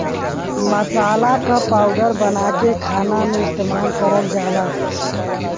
मसाला क पाउडर बनाके खाना में इस्तेमाल करल जाला